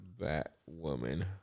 Batwoman